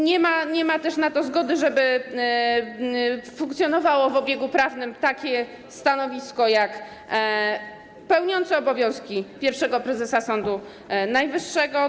Nie ma też zgody na to, żeby funkcjonowało w obiegu prawnym takie stanowisko jak pełniący obowiązki pierwszego prezesa Sądu Najwyższego.